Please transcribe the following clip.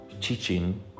teaching